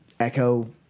Echo